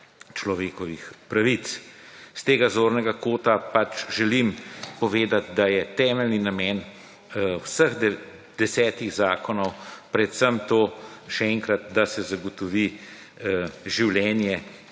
človekovih pravic. Iz tega zornega kota želim povedat, da je temeljni namen vseh desetih zakonov predvsem to, še enkrat, da se zagotovi življenje